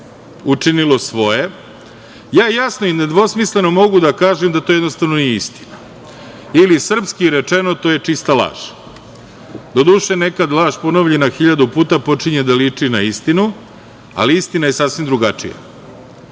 učinilo svoje, ja jasno i nedvosmisleno mogu da kažem, da to jednostavno nije istina ili srpski rečeno to je čista laž. Doduše nekad laž ponovljena hiljadu puta počinje da liči na istinu, ali istina je sasvim drugačija.